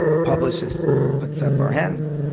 publicist puts up her hands,